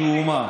שהוא מה?